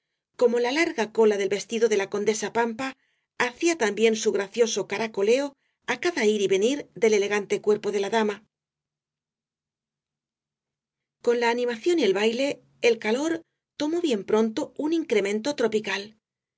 como la larga cola del vestido de la condesa pampa hacía también su gracioso caracoleo á cada ir y venir del elegante cuerpo de la dama rosalía de castro con la animación y el baile el calor tomó bien pronto un incremento tropical